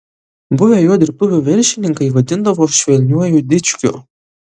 buvę jo dirbtuvių viršininkai vadindavo švelniuoju dičkiu